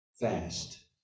fast